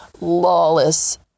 lawless